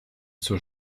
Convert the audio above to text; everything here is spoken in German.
zur